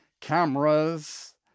cameras